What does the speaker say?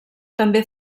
també